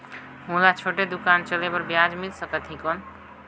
मोला छोटे दुकान चले बर ब्याज मिल सकत ही कौन?